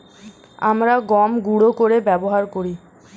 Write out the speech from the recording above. আমরা গম গুঁড়ো করে ব্যবহার করি